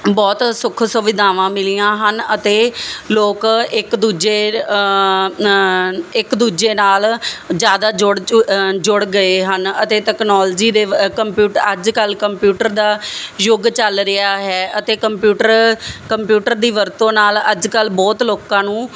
ਬਹੁਤ ਸੁੱਖ ਸੁਵਿਧਾਵਾਂ ਮਿਲੀਆਂ ਹਨ ਅਤੇ ਲੋਕ ਇੱਕ ਦੂਜੇ ਇੱਕ ਦੂਜੇ ਨਾਲ ਜ਼ਿਆਦਾ ਜੁੜ ਜੁੜ ਗਏ ਹਨ ਅਤੇ ਤੈਕਨੋਲਜੀ ਦੇ ਕੰਪਿਊਟਰ ਅੱਜ ਕੱਲ੍ਹ ਕੰਪਿਊਟਰ ਦਾ ਯੁੱਗ ਚੱਲ ਰਿਹਾ ਹੈ ਅਤੇ ਕੰਪਿਊਟਰ ਕੰਪਿਊਟਰ ਦੀ ਵਰਤੋਂ ਨਾਲ ਅੱਜ ਕੱਲ੍ਹ ਬਹੁਤ ਲੋਕਾਂ ਨੂੰ